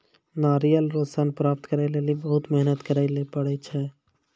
नारियल रो सन प्राप्त करै लेली बहुत मेहनत करै ले पड़ै छै